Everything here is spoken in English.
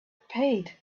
paid